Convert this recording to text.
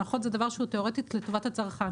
הנחות זה דבר שהוא תיאורטית לטובת הצרכן.